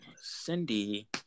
Cindy